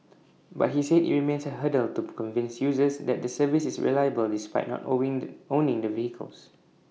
but he said IT remains A hurdle to convince users that the service is reliable despite not owing the owning the vehicles